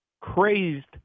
crazed